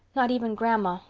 not even grandma,